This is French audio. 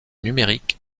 numérique